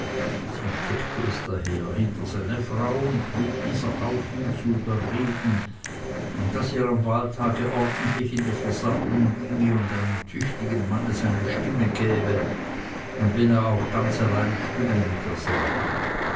sie steckte es daher hinter seine frau und trug dieser auf ihn zu überreden daß er am wahltage ordentlich in die versammlung ginge und einem tüchtigen manne seine stimme gäbe und wenn er auch ganz allein stände mit derselben